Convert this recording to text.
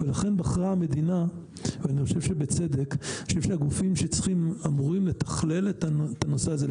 ולכן אני חושב שהגורמים שאמורים לתכלל את הנושא הזה,